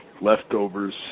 leftovers